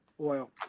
oil